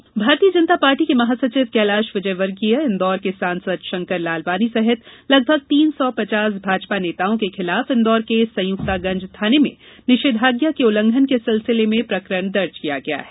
Vijayvargiya FIR Bharatiya Janata party के महासचिव कैलाश विजयवर्गीय इंदौर के सासंद शंकर ललवानी सहित लगभग तीन सौ पचास भाजपा नेताओं के खिलाफ इंदौर के संयुक्तागंज थाने में निषेधाज्ञा के उल्लघंन के सिलसिले में प्रकरण दर्ज किया गया है